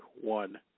one